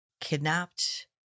kidnapped